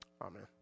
Amen